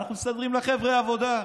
אנחנו מסדרים לחבר'ה עבודה,